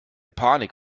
panik